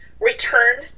return